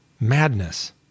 madness